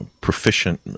proficient